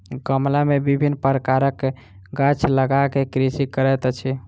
गमला मे विभिन्न प्रकारक गाछ लगा क कृषि करैत अछि